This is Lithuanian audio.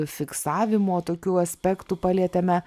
fiksavimo tokių aspektų palietėme